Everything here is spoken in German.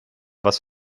was